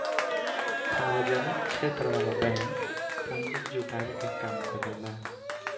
सार्वजनिक क्षेत्र वाला बैंक पूंजी जुटावे के काम करेला